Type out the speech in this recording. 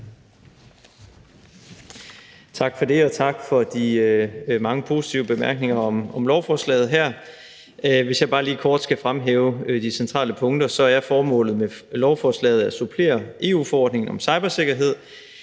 Tak for det. Og tak for de mange positive bemærkninger om lovforslaget. Hvis jeg bare lige kort skal fremhæve de centrale punkter, så er formålet med lovforslaget at supplere EU-forordningen om cybersikkerhed,